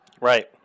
Right